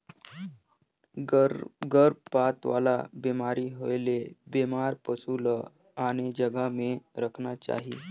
गरभपात वाला बेमारी होयले बेमार पसु ल आने जघा में रखना चाही